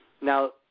Now